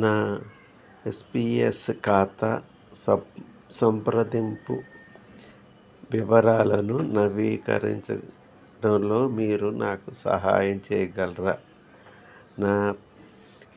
నా ఎస్పిఎస్ ఖాతా సప్ సంప్రదింపు వివరాలను నవీకరించడంలో మీరు నాకు సహాయం చేయగలరా నా